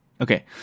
Okay